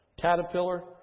Caterpillar